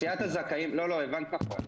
לא, הבנת נכון.